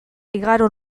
igaro